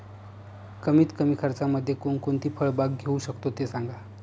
कमीत कमी खर्चामध्ये कोणकोणती फळबाग घेऊ शकतो ते सांगा